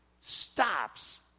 stops